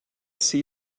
see